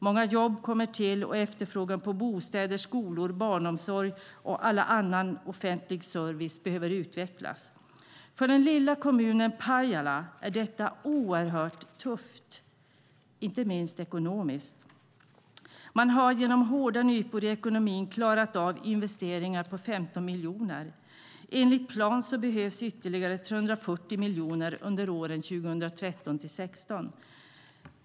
Många jobb kommer till, och bostäder, skolor, barnomsorg och annan offentlig service behöver utvecklas. För den lilla kommunen Pajala är detta oerhört tufft, inte minst ekonomiskt. Man har genom hårda nypor i ekonomin klarat av investeringar på 15 miljoner. Enligt plan behövs det ytterligare 340 miljoner under åren 2013-2016.